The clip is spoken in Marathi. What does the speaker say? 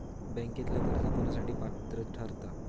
बँकेतला कर्ज कोणासाठी पात्र ठरता?